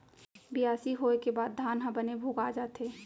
बियासी होय के बाद धान ह बने भोगा जाथे